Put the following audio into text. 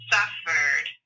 Suffered